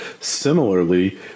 Similarly